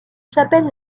chapelles